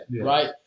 right